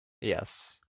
Yes